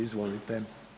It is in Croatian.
Izvolite.